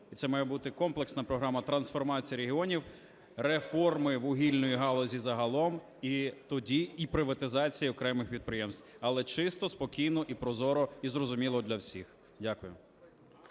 це має бути комплексна програма трансформації регіонів, реформи вугільної галузі загалом, і тоді і приватизація окремих підприємств. Але чисто, спокійно і прозоро, і зрозуміло для всіх. Дякую.